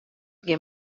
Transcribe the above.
gjin